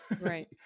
Right